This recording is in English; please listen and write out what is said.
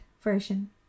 version